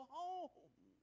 home